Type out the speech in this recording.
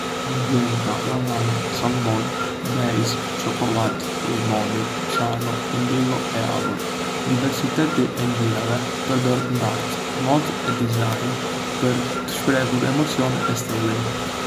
Magenta, lavandë, salmon, bejzë, çokollatë, limoni, ciano, indigo, e avor. Diversiteti i ngjyrave përdoret ndë art, modë e dizajn për të shprehur emocione e stilin.